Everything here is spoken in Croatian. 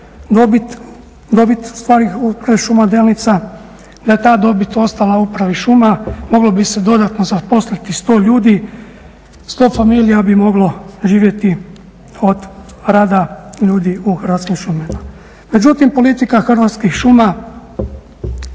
dobit ustvari … šuma Delnica, da je ta dobit ostala u upravi šuma moglo bi se dodatno zaposliti 100 ljudi, 100 familija bi moglo živjeti od rada ljudi u Hrvatskim šumama. Međutim, politika Hrvatskih šuma